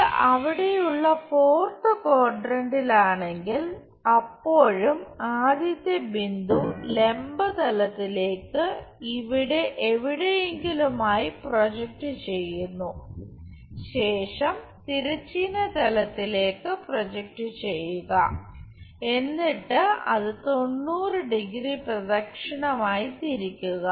ഇത് അവിടെയുള്ള ഫോർത് ക്വാഡ്രന്റിലാണെങ്കിൽ അപ്പോഴും ആദ്യത്തെ ബിന്ദു ലംബ തലത്തിലേക്ക് ഇവിടെ എവിടെയെങ്കിലുമായി പ്രൊജക്റ്റ് ചെയ്യുന്നു ശേഷം തിരശ്ചീന തലത്തിലേക്ക് പ്രൊജക്റ്റ് ചെയ്യുക എന്നിട്ട് അത് 90 ഡിഗ്രി 90° പ്രദക്ഷിണമായി തിരിക്കുക